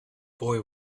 boy